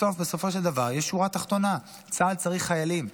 בסופו של דבר, יש שורה תחתונה: צה"ל צריך חיילים.